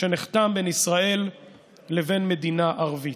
שנחתם בין ישראל לבין מדינה ערבית.